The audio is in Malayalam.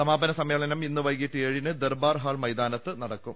സമാപന സമ്മേളനം ഇന്ന് വൈകീട്ട് ഏഴിന് ദർബാർ ഹാൾ മൈതാനത്ത് നടക്കും